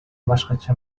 башкача